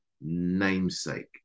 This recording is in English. namesake